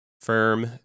firm